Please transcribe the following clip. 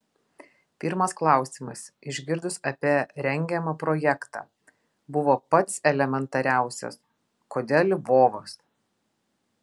pirmas klausimas išgirdus apie rengiamą projektą buvo pats elementariausias kodėl lvovas